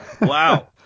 wow